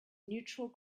neutral